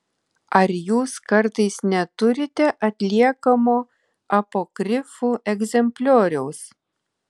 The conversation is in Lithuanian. ar jūs kartais neturite atliekamo apokrifų egzemplioriaus